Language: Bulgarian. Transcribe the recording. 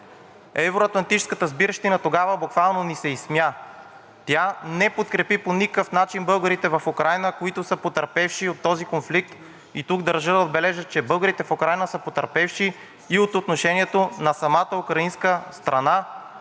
Евро-атлантическата сбирщина тогава буквално ни се изсмя. Тя не подкрепи по никакъв начин българите в Украйна, които са потърпевши от този конфликт. Тук държа да отбележа, че българите в Украйна са потърпевши и от отношението на самата украинска страна